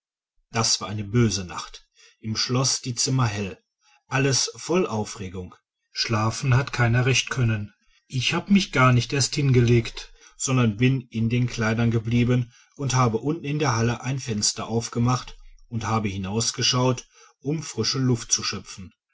das war eine böse nacht im schloß die zimmer hell alles voll aufregung schlafen hat keiner recht können ich hab mich gar nicht erst hingelegt sondern bin in den kleidern geblieben und habe unten in der halle ein fenster aufgemacht und habe hinausgeschaut um frische luft zu schöpfen